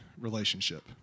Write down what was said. relationship